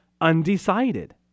undecided